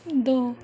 ਦੋ